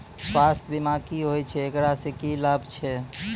स्वास्थ्य बीमा की होय छै, एकरा से की लाभ छै?